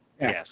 Yes